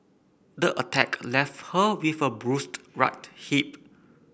the attack left her with a bruised right hip